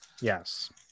Yes